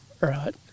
right